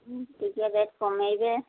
ହୁଁ ଟିକିଏ ରେଟ୍ କମେଇବେ